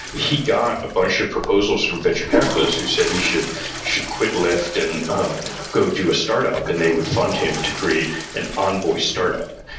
he got a bunch of proposals from venture capitalists who said, you should should quit luft and um go do a startup, and they would fund him to create an envoy startup.